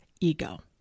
ego